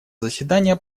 заседание